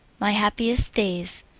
my happiest days.